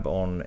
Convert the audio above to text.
on